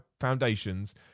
foundations